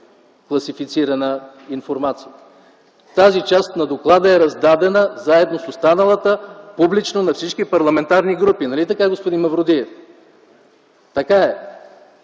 класифицирана информация? Тази част на доклада е раздадена заедно с останалата публично на всички парламентарни групи. Нали така, господин Мавродиев? Така е!